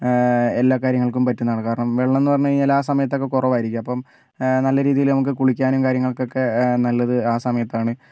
എല്ലാ കാര്യങ്ങൾക്കും പറ്റുന്നതാണ് കാരണം വെള്ളം എന്ന് പറഞ്ഞ് കഴിഞ്ഞാൽ ആ സമയത്തൊക്കെ കുറവായിരിക്കും അപ്പം നല്ല രീതിയിൽ നമുക്ക് കുളിക്കാനും കാര്യങ്ങൾക്കൊക്കെ നല്ലത് ആ സമയത്ത് ആണ്